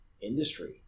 industry